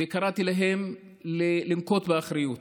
וקראתי להם לנהוג באחריות.